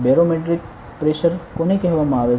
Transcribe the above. barometric pressure કોને કહેવામાં આવે છે